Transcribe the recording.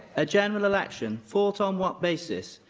a general election fought on what basis?